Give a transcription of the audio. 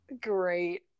great